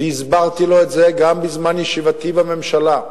והסברתי לו את זה גם בזמן ישיבתי בממשלה,